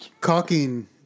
Caulking